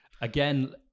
Again